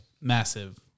Massive